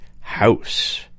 House